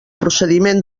procediment